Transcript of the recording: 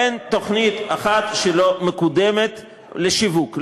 אין תוכנית אחת שלא מקודמת לשיווק.